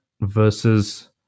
versus